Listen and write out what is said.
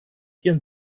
ihren